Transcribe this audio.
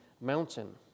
mountain